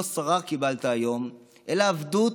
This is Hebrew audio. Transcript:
לא שררה קיבלת היום אלא עבדות,